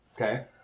Okay